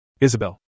Isabel